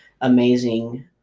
amazing